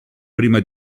prima